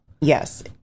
Yes